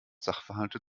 sachverhalte